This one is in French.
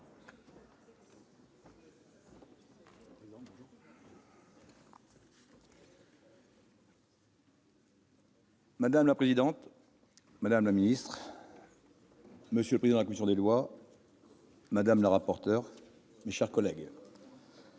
Madame la présidente, madame la ministre, monsieur le président de la commission des lois, madame la rapporteur, mes chers collègues,